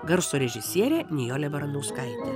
garso režisierė nijolė baranauskaitė